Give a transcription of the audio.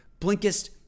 Blinkist